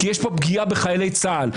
כי יש פה פגיעה בחיילי צה"ל.